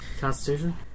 Constitution